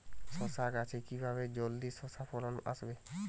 শশা গাছে কিভাবে জলদি শশা ফলন আসবে?